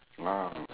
ah